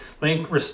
Link